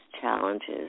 challenges